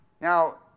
Now